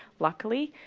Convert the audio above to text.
luckily.